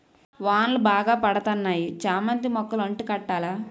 వానలు బాగా పడతన్నాయి చామంతి మొక్కలు అంటు కట్టాల